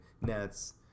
Nets